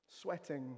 sweating